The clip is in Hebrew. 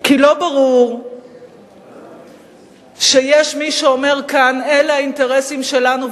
כי לא ברור שיש מי שאומר כאן: אלה האינטרסים שלנו,